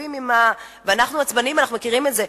שמתכתבים ואנחנו עצבניים, אנחנו מכירים את זה.